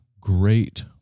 great